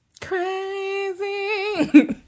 Crazy